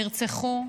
נרצחו,